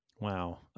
Wow